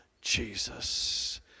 Jesus